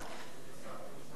אולי הוא בכל זאת רוצה לעלות?